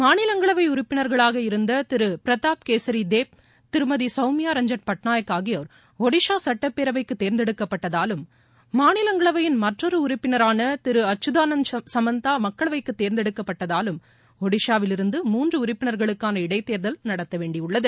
மாநிலங்களவை உறுப்பினர்களாக இருந்த திரு பிரதாப் கேசரி தேப் திருமதி கவுமியா ரஞ்சள் பட்நாயக் ஆகியோர் ஒடிசா சட்டப் பேரவைக்கு தேர்ந்தெடுக்கப்பட்டதாலும் மாநிலங்களவையின் மற்றொரு உறுப்பினரான திரு அக்கதானந்த சமந்தா மக்களவைக்கு தேர்ந்தெடுக்கப்பட்டதாலும் ஷடிசாவிலிருந்து மூன்று உறுப்பினர்களுக்கான இடைத்தேர்தல் நடத்த வேண்டியுள்ளது